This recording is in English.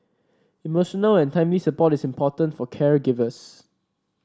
emotional and timely support is important for caregivers